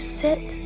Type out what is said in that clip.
sit